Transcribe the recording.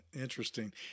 interesting